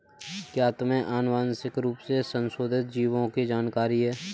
क्या तुम्हें आनुवंशिक रूप से संशोधित जीवों की जानकारी है?